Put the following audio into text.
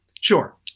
Sure